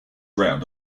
round